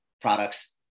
products